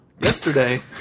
Yesterday